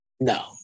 No